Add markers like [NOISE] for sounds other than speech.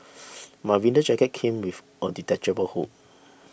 [NOISE] my winter jacket came [UNINTELLIGIBLE] a detachable hood